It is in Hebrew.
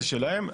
זה שלהם.